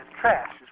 trash